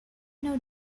know